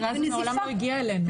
המקרה הזה מעולם לא הגיע אלינו,